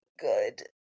good